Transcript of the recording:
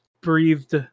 breathed